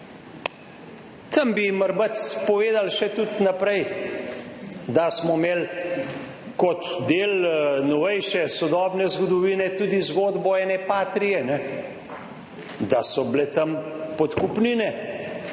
Tam bi jim morebiti povedali še tudi naprej, da smo imeli kot del novejše sodobne zgodovine tudi zgodbo ene Patrie. Da so bile tam podkupnine,